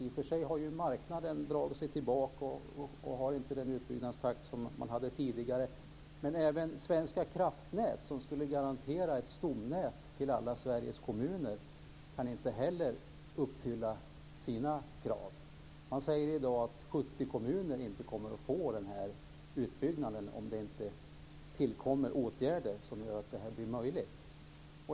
I och för sig har marknaden gått tillbaka, och man har inte samma utbyggnadstakt som tidigare, men dessutom kan inte heller Svenska Kraftnät, som skulle garantera ett stomnät till alla Sveriges kommuner, uppfylla sina utfästelser. Man säger i dag att 70 kommuner inte kommer att få en sådan här utbyggnad om det inte sätts in åtgärder som gör detta möjligt.